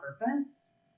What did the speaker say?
purpose